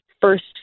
first